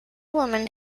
woman